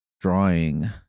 drawing